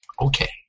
Okay